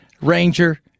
ranger